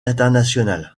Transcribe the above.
internationale